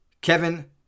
Kevin